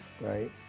right